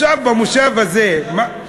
עכשיו, במושב הזה, בנס-ציונה,